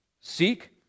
Seek